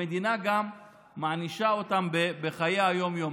המדינה גם מענישה אותם בחיי היום-יום,